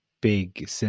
big